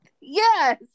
Yes